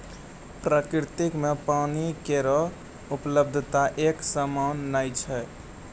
प्रकृति म पानी केरो उपलब्धता एकसमान नै छै